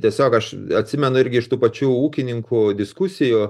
tiesiog aš atsimenu irgi iš tų pačių ūkininkų diskusijų